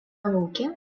lauke